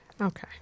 Okay